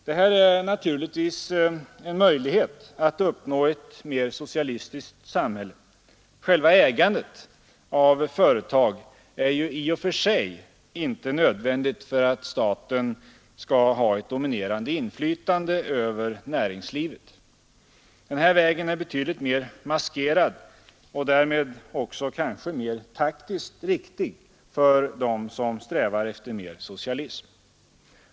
Det här är naturligtvis en möjlighet att uppnå ett mer socialistiskt samhälle. Själva ägandet av företag är i och för sig inte nödvändigt för att staten skall ha ett dominerande inflytande över näringslivet. Den här vägen är betydligt mer maskerad och därmed kanske mer taktiskt riktig för dem som strävar efter ökad socialism.